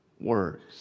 words